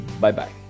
Bye-bye